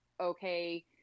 okay